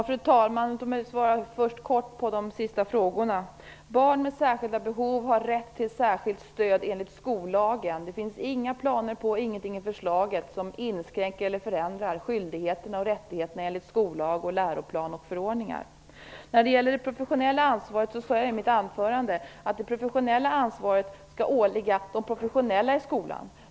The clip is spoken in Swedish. Fru talman! Jag skall först kort besvara de två frågorna. Barn med särskilda behov har rätt till särskilt stöd enligt skollagen. Det finns inga planer och ingenting i förslaget som inskränker eller förändrar skyldigheterna och rättigheterna enligt skollag, läroplan och förordningar. När det gäller det professionella ansvaret sade jag i mitt anförande att det professionella ansvaret skall åligga de professionella i skolan.